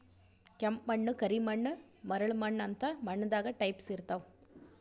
ಕೆಂಪ್ ಮಣ್ಣ್, ಕರಿ ಮಣ್ಣ್, ಮರಳ್ ಮಣ್ಣ್ ಅಂತ್ ಮಣ್ಣ್ ದಾಗ್ ಟೈಪ್ಸ್ ಇರ್ತವ್